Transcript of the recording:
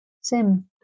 Sim